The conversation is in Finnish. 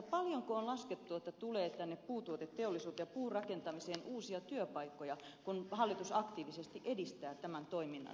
paljonko on laskettu että tulee uusia työpaikkoja puutuoteteollisuuteen ja puurakentamiseen kun hallitus aktiivisesti edistää tämän toiminnan eteenpäinmenoa